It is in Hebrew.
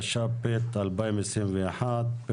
התשפ"ב-2021,